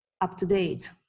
up-to-date